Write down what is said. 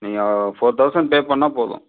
நீங்கள் four thousand pay பண்ணா போதும்